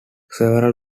several